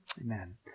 Amen